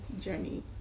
journey